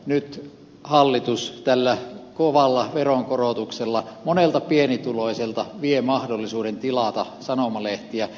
nyt hallitus tällä kovalla veronkorotuksella monelta pienituloiselta vie mahdollisuuden tilata sanomalehtiä